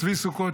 צבי סוכות,